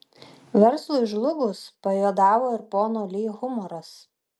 verslui žlugus pajuodavo ir pono li humoras